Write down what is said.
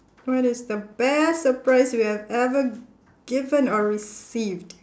what is the best surprise you have ever given or received